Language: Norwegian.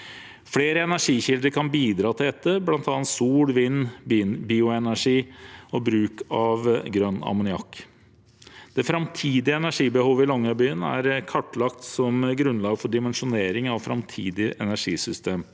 Flere energikilder kan bidra til dette, bl.a. sol, vind, bioenergi og bruk av grønn ammoniakk. Det framtidige energibehovet i Longyearbyen er kartlagt som grunnlag for dimensjonering av framtidige energisystem.